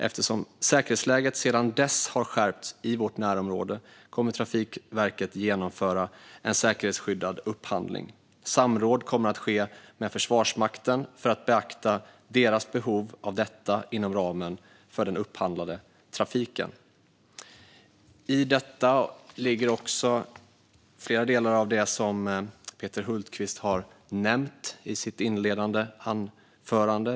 Eftersom säkerhetsläget sedan dess har skärpts i vårt närområde kommer Trafikverket att genomföra en säkerhetsskyddad upphandling. Samråd kommer att ske med Försvarsmakten för att beakta deras behov av detta inom ramen för den upphandlade trafiken. Flera delar av det som Peter Hultqvist nämnde i sitt inledande anförande finns i detta.